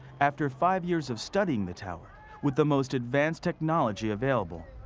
after five years of studying the tower with the most advanced technology available,